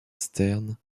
stern